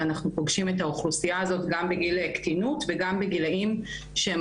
ואנחנו פוגשים את האוכלוסייה הזו גם בגיל קטינות וגם בגילאים שהם